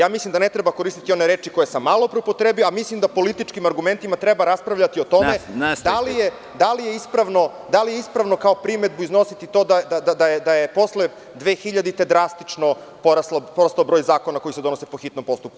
Ja mislim da ne treba koristiti one reči koje sam malopre upotrebio, a mislim da političkim argumentima treba raspravljati o tome da li je ispravno kao primedbu iznositi to da je posle 2000. godine drastično porastao broj zakona koji se donose po hitnom postupku.